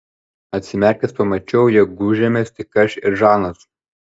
atsimerkęs pamačiau jog gūžėmės tik aš ir žanas